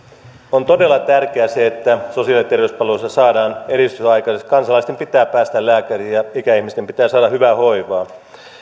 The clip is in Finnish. on todella tärkeää se että sosiaali ja terveyspalveluissa saadaan edistystä aikaiseksi kansalaisten pitää päästä lääkäriin ja ikäihmisten pitää saada hyvää hoivaa